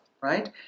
right